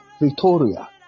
Victoria